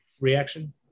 reaction